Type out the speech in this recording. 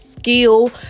skill